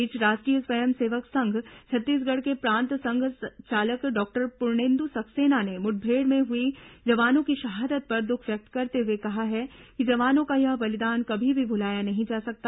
इस बीच राष्ट्रीय स्वयं सेवक संघ छत्तीसगढ़ के प्रांत संघचालक डॉक्टर पूर्णेन्द् सक्सेना ने मुठभेड़ में हुई जवानों की शहादत पर दुख व्यक्त करते हुए कहा है कि जवानों का यह बलिदान कभी भी भुलाया नहीं जा सकता